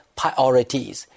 priorities